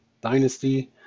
dynasty